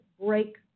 break